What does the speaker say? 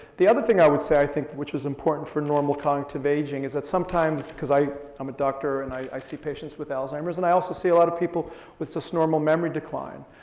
the other thing i would say i think which was important for normal cognitive aging, is that sometimes, cause i'm a doctor and i i see patients with alzheimer's, and i also see a lot of people with just normal memory decline.